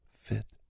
fit